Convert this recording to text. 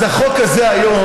אז החוק הזה היום,